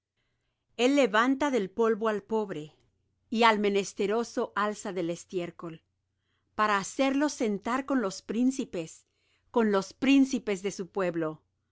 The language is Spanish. el levanta del polvo al pobre y al menesteroso alza del estiércol para hacerlos sentar con los príncipes con los príncipes de su pueblo